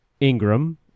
Ingram